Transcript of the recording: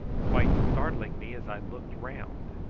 quite startling me as i looked round.